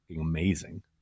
amazing